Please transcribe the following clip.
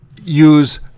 use